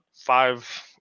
five